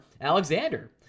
Alexander